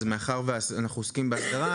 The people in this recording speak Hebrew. מאחר ואנחנו עוסקים בהסדרה,